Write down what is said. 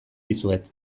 dizuet